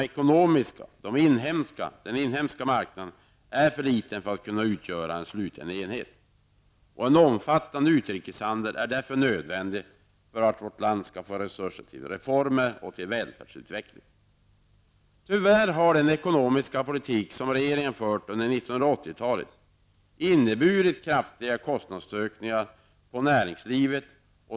Den inhemska marknaden är för liten för att kunna utgöra en sluten enhet. En omfattande utrikeshandel är därför nödvändig för att vårt land skall få resurser till reformer och välfärdsutveckling. Tyvärr har den ekonomiska politik som regeringen fört under 1980-talet inneburit kraftiga kostnadsökningar för näringslivet.